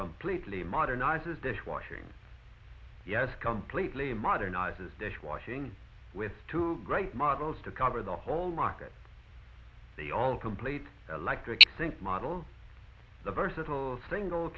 completely modernizes dish washing yes completely modernizes dish washing with two great models to cover the whole market they all complete electric think model the versatile single